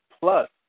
plus